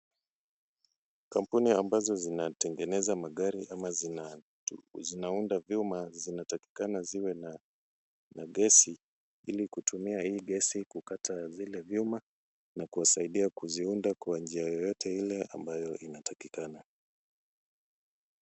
Kampuni ambazo zinatengeneza magari ama zinaunda vyuma zinatakikana ziwe na gesi ili kutumia gesi kukata zile vyuma na kusaidia kuziunda kwa njia yoyote ile ambayo inatakikana.